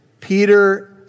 Peter